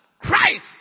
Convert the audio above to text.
Christ